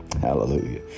Hallelujah